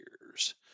years